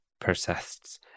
persists